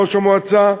ראש המועצה,